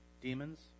demons